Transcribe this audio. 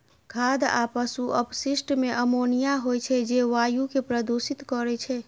खाद आ पशु अवशिष्ट मे अमोनिया होइ छै, जे वायु कें प्रदूषित करै छै